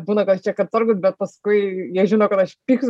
būna kažkiek atsargūs bet paskui jie žino kad aš pyksiu